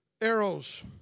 Arrows